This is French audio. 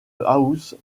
house